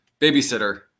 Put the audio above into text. babysitter